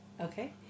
Okay